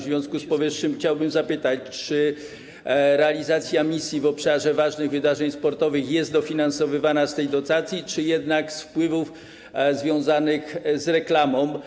W związku z powyższym chciałbym zapytać: Czy realizacja misji w obszarze ważnych wydarzeń sportowych jest dofinansowywana z tej dotacji, czy jednak z wpływów związanych z reklamą?